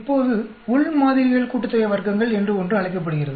இப்போது உள் மாதிரிகள் கூட்டுத்தொகை வர்க்கங்கள் என்று ஒன்று அழைக்கப்படுகிறது